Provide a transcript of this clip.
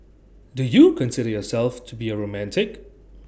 do you consider yourself to be A romantic